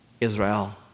Israel